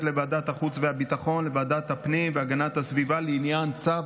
לוועדת החוץ והביטחון ולוועדת הפנים והגנת הסביבה לעניין צו